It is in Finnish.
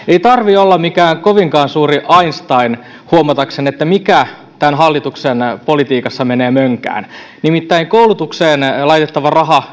ei tarvitse olla mikään kovinkaan suuri einstein huomatakseen mikä tämän hallituksen politiikassa menee mönkään nimittäin koulutukseen laitettava raha